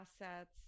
assets